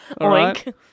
Oink